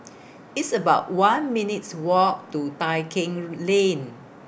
It's about one minutes' Walk to Tai Keng Lane